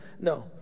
no